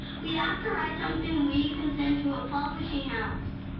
we have to write something we can send to a publishing house.